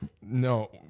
No